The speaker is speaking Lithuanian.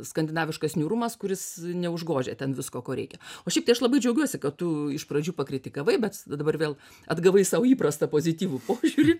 skandinaviškas niūrumas kuris neužgožia ten visko ko reikia o šiaip tai aš labai džiaugiuosi kad tu iš pradžių pakritikavai bet dabar vėl atgavai savo įprastą pozityvų požiūrį